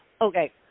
okay